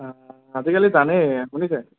অঁ আজিকালি জানেই শুনিছে